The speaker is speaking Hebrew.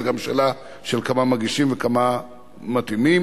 זו גם שאלה של כמה מגישים וכמה מתאימים.